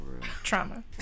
trauma